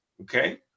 okay